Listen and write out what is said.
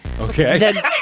Okay